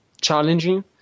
challenging